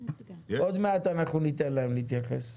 עוד מעט ניתן להם להתייחס.